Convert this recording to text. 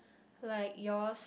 like yours